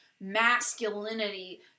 masculinity